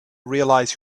realize